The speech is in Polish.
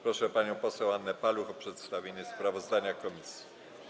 Proszę panią poseł Annę Paluch o przedstawienie sprawozdania komisji.